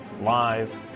live